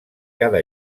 cada